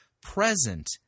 present